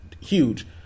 huge